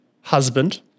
husband